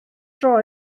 dro